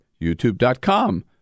youtube.com